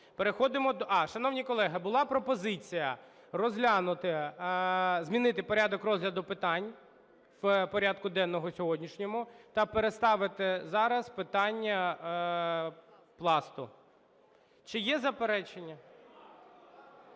Шановні колеги, була пропозиція розглянути, змінити порядок розгляду питань в порядку денному сьогоднішньому та переставити зараз питання Пласту. Чи є заперечення?